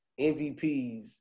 MVPs